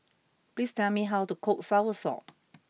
please tell me how to cook Soursop